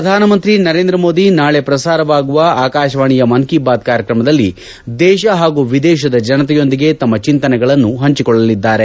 ಪ್ರಧಾನ ಮಂತ್ರಿ ನರೇಂದ್ರ ಮೋದಿ ನಾಳೆ ಪ್ರಸಾರವಾಗುವ ಆಕಾಶವಾಣಿಯ ಮನ್ ಕೀ ಬಾತ್ ಕಾರ್ಯಕ್ರಮದಲ್ಲಿ ದೇಶ ಹಾಗೂ ವಿದೇಶದ ಜನತೆಯೊಂದಿಗೆ ತಮ್ನ ಚಿಂತನೆಗಳನ್ನು ಪಂಚಿಕೊಳ್ಳಲಿದ್ದಾರೆ